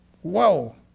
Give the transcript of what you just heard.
Whoa